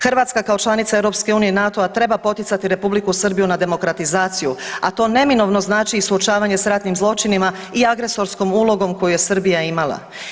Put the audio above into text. Hrvatska kao članica EU i NATO-a treba poticati Republiku Srbiju na demokratizaciju, a to neminovno znači i suočavanje s ratnim zločinima i agresorskom ulogom koju je Srbija imala.